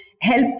help